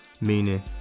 meaning